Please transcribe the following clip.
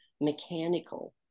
mechanical